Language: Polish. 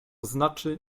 znaczy